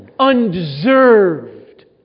undeserved